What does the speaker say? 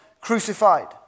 crucified